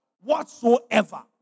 whatsoever